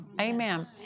Amen